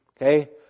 Okay